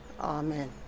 Amen